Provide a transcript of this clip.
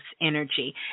energy